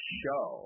show